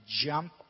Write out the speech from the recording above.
jump